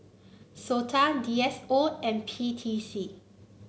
SOTA D S O and P T C